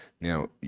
Now